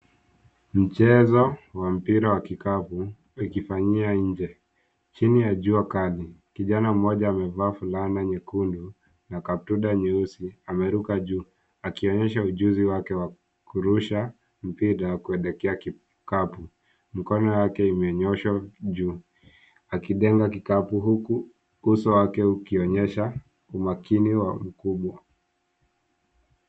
Mchezo wa mpira wa kikapu ukifanyiwa nje, chini ya jua kali. Kijana mmoja amevaa fulana nyekundu na kaptura nyeusi ameruka juu akionyesha ujuzi wake wa kurusha mpira na kuelekea kikapu. Mkono wake imenyosha juu akilenga kikapu huku uso wake ukionyesha umakini wa ukubwa.